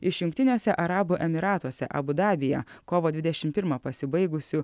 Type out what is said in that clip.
iš jungtiniuose arabų emyratuose abu dabyje kovo dvidešim pirmą pasibaigusių